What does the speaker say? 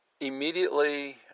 immediately